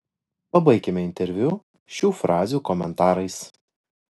pabaikime interviu šių frazių komentarais